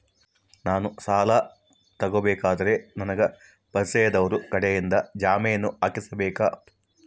ನಾನು ಸಾಲ ತಗೋಬೇಕಾದರೆ ನನಗ ಪರಿಚಯದವರ ಕಡೆಯಿಂದ ಜಾಮೇನು ಹಾಕಿಸಬೇಕಾ?